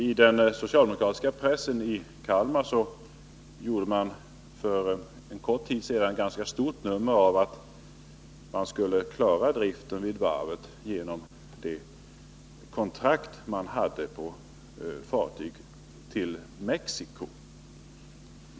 I den socialdemokratiska pressen i Kalmar gjordes för en kort tid sedan ett ganska stort nummer av att man skulle klara driften vid varvet genom de kontrakt man hade på fartyg till Mexico.